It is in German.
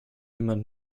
jemand